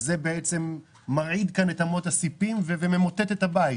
זה מרעיד כאן את אמות הסיפין וממוטט את הבית.